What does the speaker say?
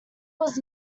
was